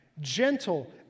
gentle